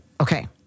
Okay